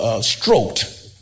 stroked